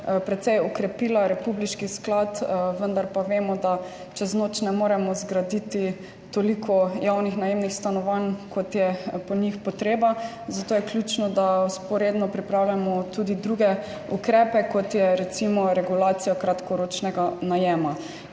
precej okrepila republiški sklad, vendar pa vemo, da čez noč ne moremo zgraditi toliko javnih najemnih stanovanj, kot je po njih potrebe. Zato je ključno, da vzporedno pripravljamo tudi druge ukrepe, kot je recimo regulacija kratkoročnega najema,